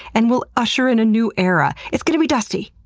and will usher in a new era. it's gonna be dusty,